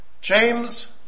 James